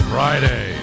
Friday